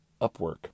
Upwork